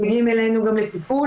מגיעים אלינו גם לטפול,